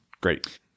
great